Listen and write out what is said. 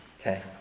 okay